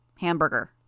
Hamburger